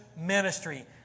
ministry